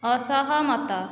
ଅସହମତ